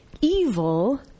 Evil